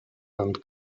and